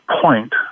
point